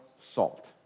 salt